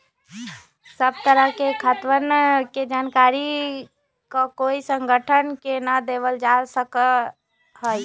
सब तरह के खातवन के जानकारी ककोई संगठन के ना देवल जा सका हई